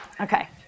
Okay